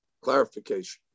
clarification